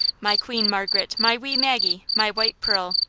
my queen mar garet, my wee maggie, my white pearl,